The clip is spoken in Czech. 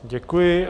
Děkuji.